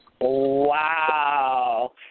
Wow